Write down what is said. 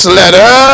letter